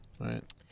right